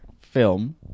film